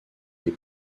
les